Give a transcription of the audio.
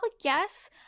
yes